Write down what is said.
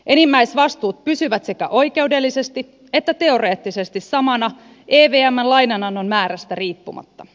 enimmäisvastuut pysyvät sekä oikeudellisesti että teoreettisesti samana evmn lainanannon määrästä riippumatta